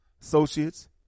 associates